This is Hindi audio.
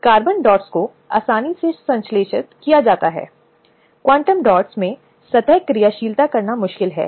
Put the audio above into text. यह कानून बहुत स्पष्ट करता है कि यह महिलाओं के संबंध में शिकायतों की रोकथाम सुरक्षा और निवारण है